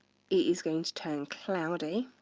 is going to turn cloudy.